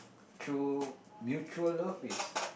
through mutual love is